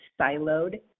siloed